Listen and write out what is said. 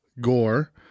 gore